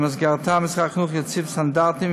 שבמסגרתה משרד החינוך יציב סטנדרטים,